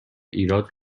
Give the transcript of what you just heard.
ایراد